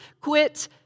Quit